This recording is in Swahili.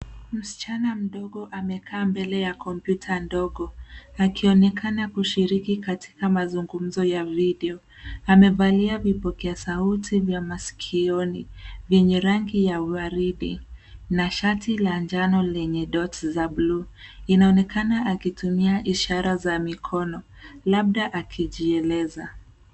Msichana mdogo amekaa mbele ya kompyuta ndogo akionekana kushiriki katika mazungumzo ya video. Amevalia vipokea sauti vya masikioni yenye rangi wa waridi na shati la njano lenye dots za bluu. Inaonekana akitumia ishara za mikono, labda akijieleza.